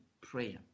prayer